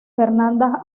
fernanda